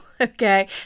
okay